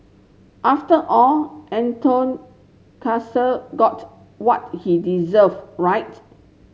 after all Anton got what he deserved right